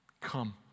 Come